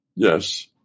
Yes